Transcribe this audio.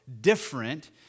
different